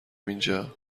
اینجا